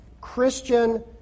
Christian